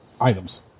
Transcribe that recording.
items